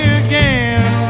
again